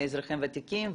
אזרחים ותיקים,